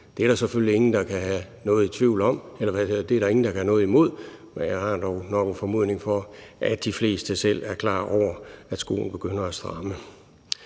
Det er der selvfølgelig ingen, der kan have noget imod, men jeg har dog nok en formodning om, at de fleste selv er klar over, at skoen begynder at klemme.